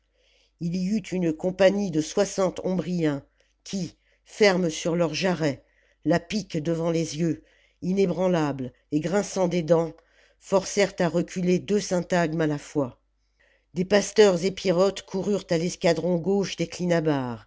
ii y eut une compagnie de soixante ombriens qui fermes sur leurs jarrets la pique devant les yeux mébranlables et grinçant des dents forcèrent à reculer deux syntagmes à la fois des pasteurs épirotes coururent à l'escadron gauche des